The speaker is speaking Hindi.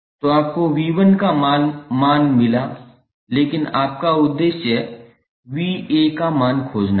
तो आपको V1 का मान मिला लेकिन आपका उद्देश्य VA का मान खोजना है